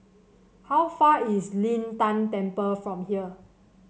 how far is Lin Tan Temple from here